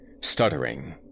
stuttering